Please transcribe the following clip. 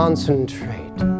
Concentrate